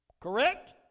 Correct